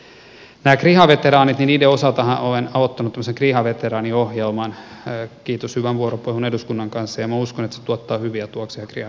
näiden kriha veteraanien osaltahan olen aloittanut tämmöisen kriha veteraaniohjelman kiitos hyvän vuoropuhelun eduskunnan kanssa ja minä uskon että se tuottaa hyviä tuloksia kriha veteraanien suhteen